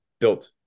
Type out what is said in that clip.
built